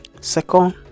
second